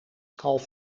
kalf